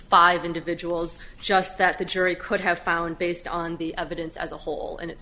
five individuals just that the jury could have found based on b evidence as a whole in it